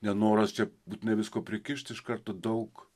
nenoras čia būtinai visko prikišt iš karto daug